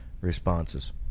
responses